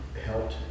helped